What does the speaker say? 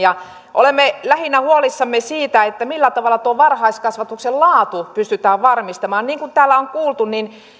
olemme huolissamme lähinnä siitä millä tavalla tuo varhaiskasvatuksen laatu pystytään varmistamaan niin kuin täällä on kuultu